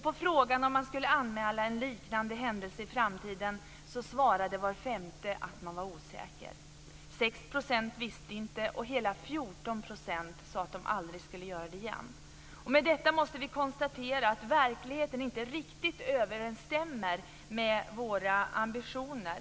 På frågan om man skulle anmäla en liknande händelse i framtiden svarade var femte att man var osäker. 6 % visste inte, och hela 14 % sade att de aldrig skulle göra det igen. Med detta måste vi konstatera att verkligheten inte riktigt överensstämmer med våra ambitioner.